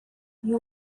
you